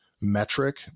metric